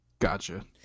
Gotcha